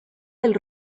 del